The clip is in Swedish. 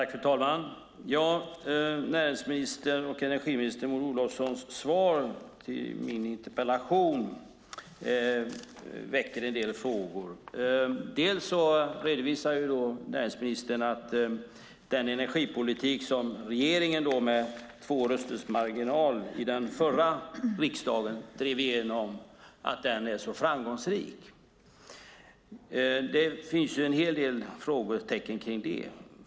Fru talman! Närings och energiminister Maud Olofssons svar på min interpellation väcker en del frågor. Näringsministern redovisar att den energipolitik som regeringen med två rösters marginal i förra riksdagen drev igenom är så framgångsrik. Det finns en hel del frågetecken kring det.